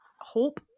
Hope